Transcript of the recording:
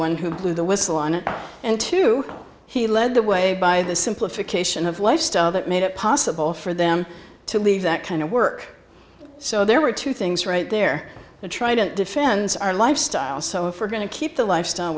one who blew the whistle on it and two he led the way by the simplification of lifestyle that made it possible for them to leave that kind of work so there were two things right there to try to defend our lifestyle so if we're going to keep the lifestyle